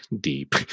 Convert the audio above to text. deep